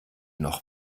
noch